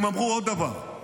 הם אמרו עוד דבר: